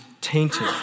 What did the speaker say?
tainted